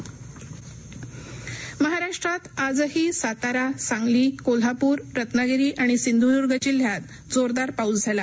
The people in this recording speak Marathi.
पाऊस महाराष्ट् महाराष्ट्रात आजही सातारा सांगली कोल्हापूर रत्नागिरी आणि सिंधुद्ग जिल्ह्यात जोरदार पाऊस झाला